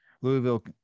Louisville